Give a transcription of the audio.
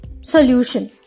solution